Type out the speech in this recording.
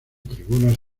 tribunas